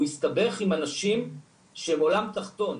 הוא הסתבך עם אנשים שהם עולם תחתון.